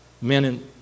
Men